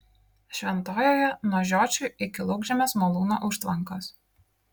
šventojoje nuo žiočių iki laukžemės malūno užtvankos